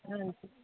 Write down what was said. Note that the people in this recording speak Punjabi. ਹਾਂਜੀ